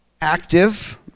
active